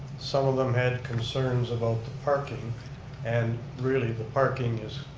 some of them had concerns about the parking and really the parking is